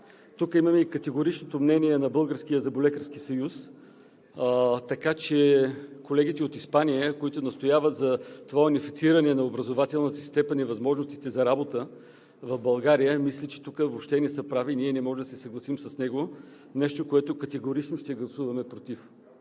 Тук имаме и категоричното мнение на Българския зъболекарски съюз, така че колегите от Испания, които настояват за това унифициране на образователната си степен и възможностите за работа в България, мисля, че въобще не са прави и ние не можем да се съгласим с него – нещо, което категорично ще гласуваме „против“.